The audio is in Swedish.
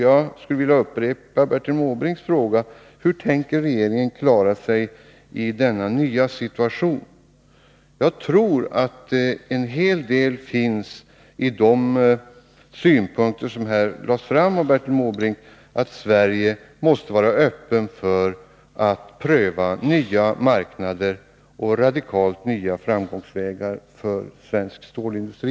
Jag vill upprepa Bertil Måbrinks fråga: Hur skall regeringen klara sig i denna nya situation? Jag tror att det finns en hel del i de synpunkter som här lades fram av Bertil Måbrink, att Sverige måste vara öppet för att pröva nya marknader och radikalt nya framgångsvägar för svensk stålindustri.